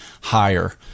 higher